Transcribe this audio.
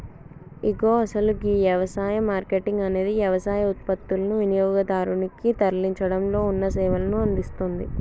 ఇగో అసలు గీ యవసాయ మార్కేటింగ్ అనేది యవసాయ ఉత్పత్తులనుని వినియోగదారునికి తరలించడంలో ఉన్న సేవలను అందిస్తుంది